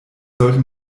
sollte